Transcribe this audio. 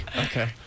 Okay